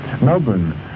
Melbourne